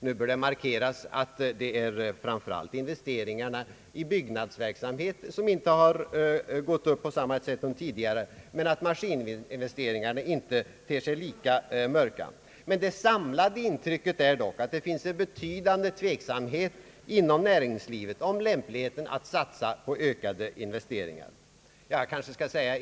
Nu bör dock markeras, att det framför allt är investeringarna i byggnadsverksamheten som inte har gått upp på samma sätt som tidigare, medan maskininvesteringarna inte ter sig lika mörka. Det samlade intrycket är dock att det råder en betydande tveksamhet inom framför allt industrin om lämpligheten av att satsa på ökade investeringar.